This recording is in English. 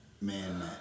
man